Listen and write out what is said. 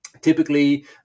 typically